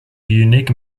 unique